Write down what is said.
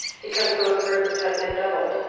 because those burdens had been doubled,